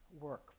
work